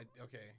okay